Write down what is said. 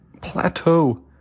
plateau